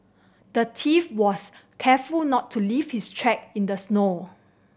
the thief was careful not to leave his track in the snow